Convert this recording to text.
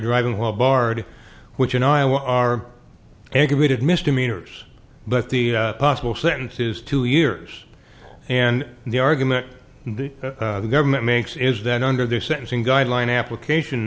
driving while barred which in iowa are aggravated misdemeanors but the possible sentence is two years and the argument the government makes is that under their sentencing guideline application